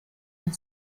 and